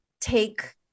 take